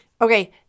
Okay